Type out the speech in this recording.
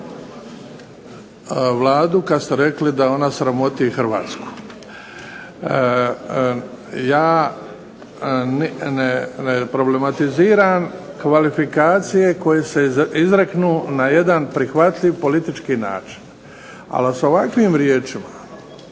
Vladu kad ste rekli da ona sramoti Hrvatsku. Ja ne problematiziram kvalifikacije koje se izreknu na jedan prihvatljiv politički način, ali sa ovakvim riječima